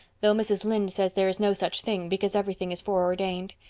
though mrs. lynde says there is no such thing, because everything is foreordained.